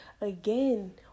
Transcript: again